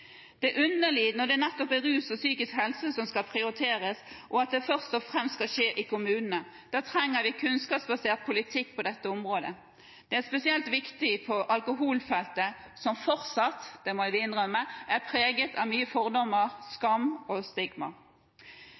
er underlig, når det nettopp er rus og psykisk helse som skal prioriteres, og at det først og fremst skal skje i kommunene. Da trenger vi kunnskapsbasert politikk på dette området. Det er spesielt viktig på alkoholfeltet, som fortsatt – det må vi innrømme – er preget av mye fordommer, skam og stigma.